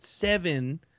seven